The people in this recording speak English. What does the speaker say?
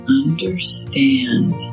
understand